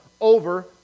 over